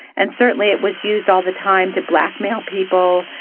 and certainly it was used all the time to blackmail people,